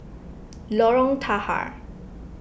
Lorong Tahar